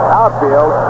outfield